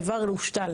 האיבר מושתל.